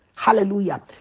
Hallelujah